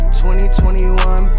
2021